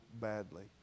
badly